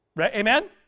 Amen